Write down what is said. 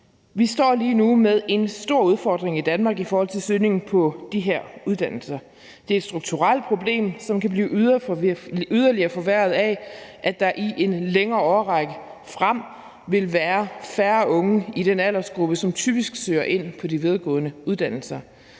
Vi står lige nu med en stor udfordring i Danmark i forhold til søgningen på de her uddannelser. Det er et strukturelt problem, som kan blive yderligere forværret af, at der i en længere årrække frem vil være færre unge i den aldersgruppe, som typisk søger ind på de videregående uddannelser.